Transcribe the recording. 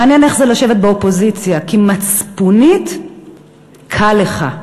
מעניין איך זה לשבת באופוזיציה, כי מצפונית קל לך,